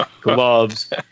gloves